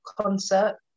concert